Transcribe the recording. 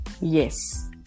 Yes